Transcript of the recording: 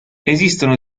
esistono